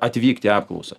atvykt į apklausą